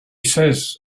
says